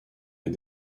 est